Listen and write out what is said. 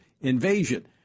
invasion